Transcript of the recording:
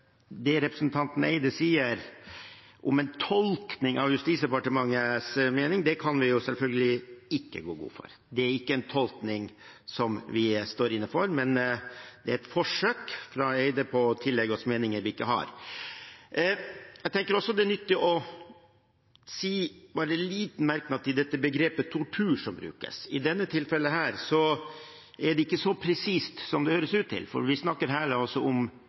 Det representanten Petter Eide sier om en tolkning av Justisdepartementets mening, kan vi selvfølgelig ikke gå god for. Det er ikke en tolkning som vi står inne for, men det er et forsøk fra Eide på å tillegge oss meninger vi ikke har. Jeg tenker også det er nyttig å ha en liten merknad til dette begrepet «tortur» som brukes. I dette tilfellet er det ikke så presist som det høres ut til, for vi snakker her om